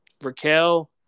Raquel